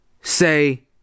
say